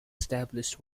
established